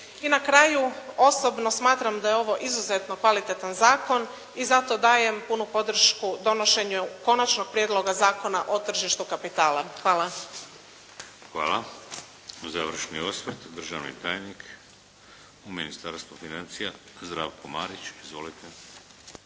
I na kraju osobno smatram da je ovo izuzetno kvalitetan zakon i zato dajem punu podršku donošenju Konačnog prijedloga zakona o tržištu kapitala. Hvala. **Šeks, Vladimir (HDZ)** Hvala. Završni osvrt državni tajnik u Ministarstvu financija Zdravko Marić. Izvolite.